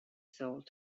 sold